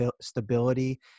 stability